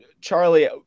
Charlie